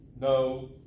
No